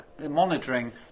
monitoring